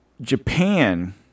Japan